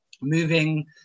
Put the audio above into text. moving